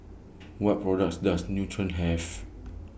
What products Does Nutren Have